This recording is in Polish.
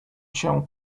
cię